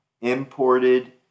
imported